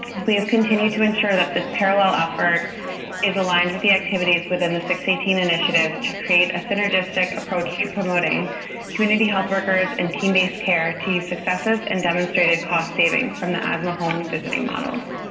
we have continued to ensure that this parallel offer is aligned with the activities within the six eighteen initiative to create a synergistic approach to promoting community health workers and team-based care to successes and demonstrated a cost savings from the asthma home-visiting models.